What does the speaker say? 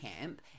camp